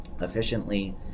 efficiently